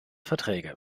verträge